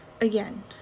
again